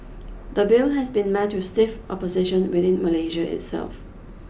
the bill has been met with stiff opposition within Malaysia itself